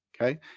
okay